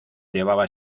llevaba